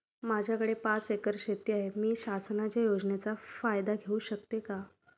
माझ्याकडे पाच एकर शेती आहे, मी शासनाच्या योजनेचा फायदा घेऊ शकते का?